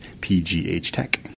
pghtech